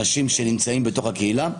אנשים שנמצאים בקהילה.